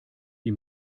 die